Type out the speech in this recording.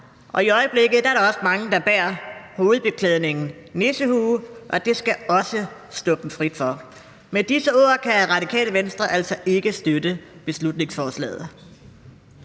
og i øjeblikket er der også mange, der bærer hovedbeklædningen nissehue, og det skal også stå dem frit for. Med disse ord kan Radikale Venstre altså ikke støtte beslutningsforslaget.